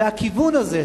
והכיוון הזה,